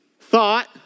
thought